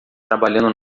trabalhando